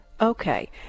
Okay